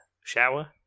shower